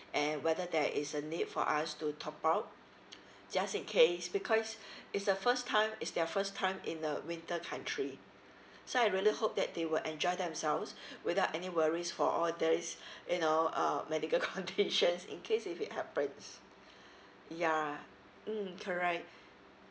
and whether there is a need for us to top up just in case because it's the first time is their first time in a winter country so I really hope that they will enjoy themselves without any worries for all there is you know uh medical conditions in case if it happens yeah mm correct